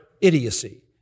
idiocy